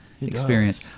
experience